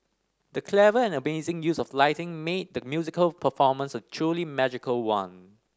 the clever and amazing use of lighting made the musical performance a truly magical one